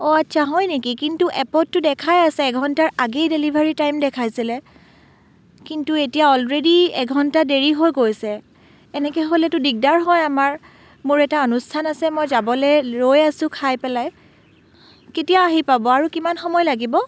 অঁ আচ্ছা হয় নেকি কিন্তু এপততো দেখাই আছে এঘণ্টাৰ আগেয়ে ডেলিভাৰীৰ টাইম দেখাইছিলে কিন্তু এতিয়া অলৰেডী এঘণ্টা দেৰি হৈ গৈছে এনেকৈ হ'লেতো দিগদাৰ হয় আমাৰ মোৰ এটা অনুষ্ঠান আছে মই যাবলৈ ৰৈ আছো খাই পেলাই কেতিয়া আহি পাব আৰু কিমান সময় লাগিব